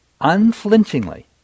unflinchingly